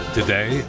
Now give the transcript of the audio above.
today